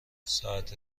ساعت